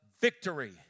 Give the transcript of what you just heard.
victory